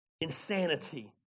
insanity